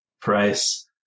price